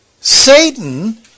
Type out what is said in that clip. Satan